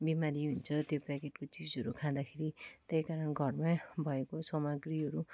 बिमारी हुन्छ त्यो प्याकेटको चिजहरू खाँदाखेरि त्यही कारण घरमा भएको सामाग्रीहरू